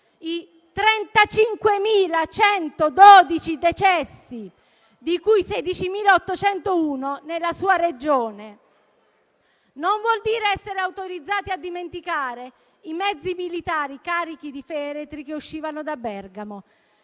i 35.112 decessi, di cui 16.801 nella sua Regione. Non vuol dire essere autorizzati a dimenticare i mezzi militari carichi di feretri, che uscivano da Bergamo,